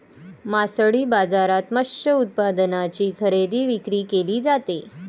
मासळी बाजारात मत्स्य उत्पादनांची खरेदी विक्री केली जाते